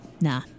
Nah